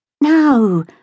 No